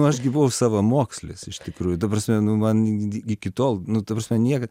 nu aš gi buvau savamokslis iš tikrųjų ta prasme nu man iki tol nu ta prasme niekad